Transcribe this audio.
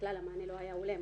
המענה לא היה הולם.